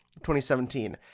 2017